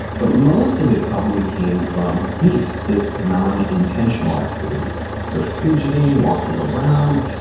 but most of it probably came from neat, this non-intentional activity so fidgeting, walking around,